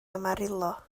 amarillo